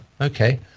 okay